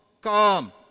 come